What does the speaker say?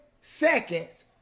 seconds